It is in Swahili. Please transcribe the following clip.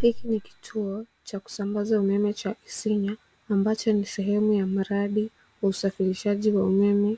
Hiki ni kituo cha kusambaza umeme cha Isinya ambacho ni sehemu ya mradi wa usafirishaji wa umeme